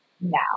now